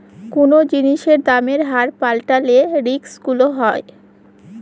কোনো জিনিসের দামের হার পাল্টালে রিস্ক গুলো হয়